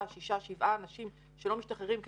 שישה או שבעה אנשים שלא משתחררים כי